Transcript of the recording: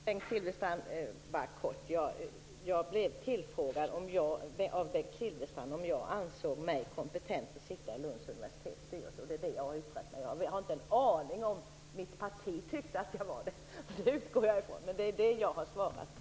Herr talman! Jag blev tillfrågad av Bengt Silfverstrand om jag ansåg mig kompetent att sitta i Lunds universitets styrelse. Det är det jag har yttrat mig om. Jag har ingen aning om mitt parti tyckte att jag var det, men det utgår jag ifrån. Det är det jag har svarat på.